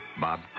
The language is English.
Bob